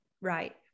right